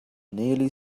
nearly